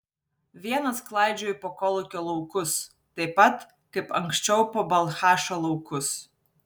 vienas klaidžioju po kolūkio laukus taip pat kaip anksčiau po balchašo laukus